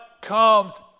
comes